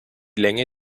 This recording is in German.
länge